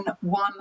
one